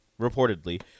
reportedly